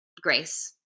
grace